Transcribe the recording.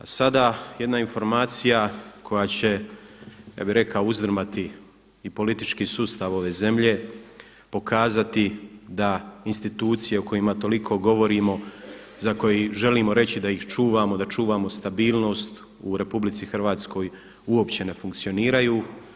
A sada jedna informacija koja će, ja bih rekao, uzdrmati i politički sustav ove zemlje, pokazati da institucije o kojima toliko govorimo, za koje i želimo reći da ih čuvamo, da čuvamo stabilnost u RH, uopće ne funkcioniraju.